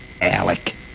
Alec